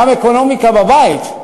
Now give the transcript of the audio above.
גם אקונומיקה בבית,